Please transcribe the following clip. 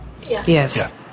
Yes